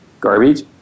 garbage